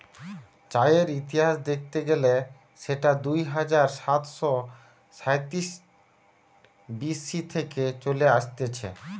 চায়ের ইতিহাস দেখতে গেলে সেটা দুই হাজার সাতশ সাইতিরিশ বি.সি থেকে চলে আসতিছে